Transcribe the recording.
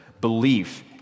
belief